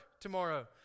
tomorrow